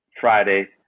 Friday